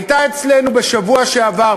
הייתה אצלנו בשבוע שעבר,